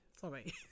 Sorry